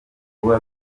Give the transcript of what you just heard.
vuba